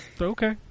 Okay